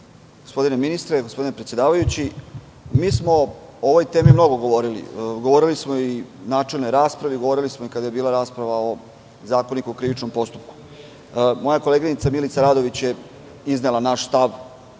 Gospodine ministre, gospodine predsedavajući, mi smo o ovoj temi mnogo govorili. Govorili smo i u načelnoj raspravi, govorili smo i kada je bila rasprava o Zakoniku o krivičnom postupku. Moja koleginica Milica Radović je iznela naš stav koji